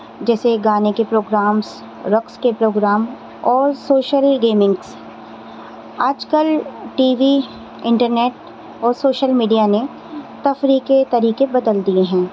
جیسے گانے کے پروگرامس رقص کے پروگرام اور سوشل گیمنگس آج کل ٹی وی انٹرنیٹ اور سوشل میڈیا نے تفریح کے طریقے بدل دیے ہیں